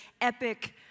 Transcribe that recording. epic